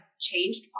changed